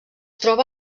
troba